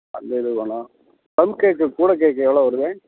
அந்த இது வேணும் ப்ளம் கேக்கு கூட கேக்கு எவ்வளோ வருது